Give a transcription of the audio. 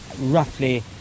roughly